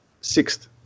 Sixth